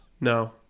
No